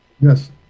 Yes